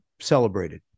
celebrated